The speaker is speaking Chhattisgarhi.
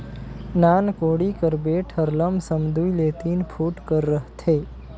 नान कोड़ी कर बेठ हर लमसम दूई ले तीन फुट कर रहथे